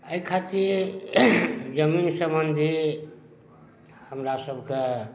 एहि खातिर जमीन सम्बन्धी हमरा सभके